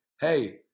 hey